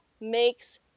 makes